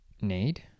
need